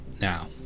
Now